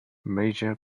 major